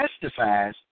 testifies